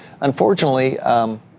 Unfortunately